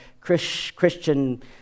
Christian